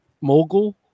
mogul